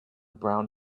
brown